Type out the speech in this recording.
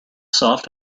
soft